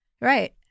right